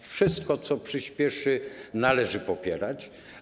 Wszystko, co je przyspieszy, należy popierać.